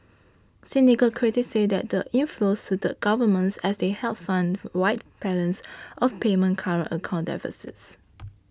cynical critics say that the inflows suited governments as they helped fund wide balance of payment current account deficits